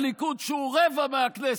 הליכוד, שהוא רבע מהכנסת,